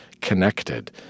connected